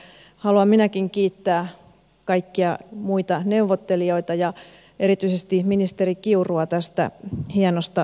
minäkin haluan kiittää kaikkia muita neuvottelijoita ja erityisesti ministeri kiurua tästä hienosta saavutuksesta